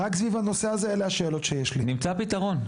מבטיח לך שנמצא פתרון,